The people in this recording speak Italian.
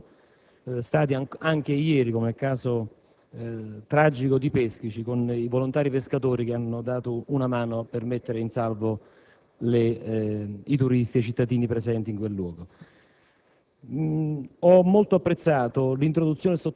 nel Sud Italia; nonché un ringraziamento ai tanti volontari che sono stati impegnati, anche ieri, come nel caso tragico di Peschici, in cui i volontari pescatori hanno dato una mano per mettere in salvo i turisti e i cittadini presenti in quel luogo.